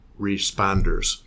responders